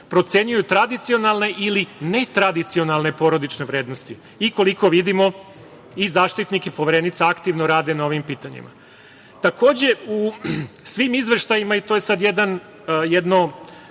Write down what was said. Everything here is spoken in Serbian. procenjuju tradicionalna ili netradicionalne porodične vrednosti i koliko vidimo i Zaštitnik i Poverenica aktivno rade na ovim pitanjima. Takođe, u svim izveštajima i to je sad jedno